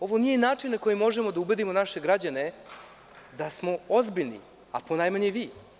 Ovo nije način na koji možemo da ubedimo naše građane da smo ozbiljni, a ponajmanje vi.